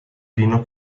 vino